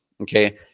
Okay